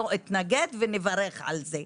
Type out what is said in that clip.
לא אתנגד ונברך על זה.